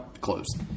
closed